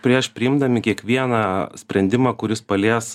prieš priimdami kiekvieną sprendimą kuris palies